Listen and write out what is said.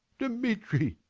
dmitri!